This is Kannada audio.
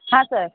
ಹಾಂ ಸರ್